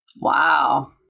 Wow